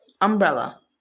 umbrella